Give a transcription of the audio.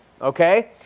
okay